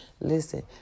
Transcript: Listen